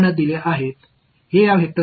இது ஒரு வெக்டர் ஆக இருக்கும்